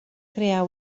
crear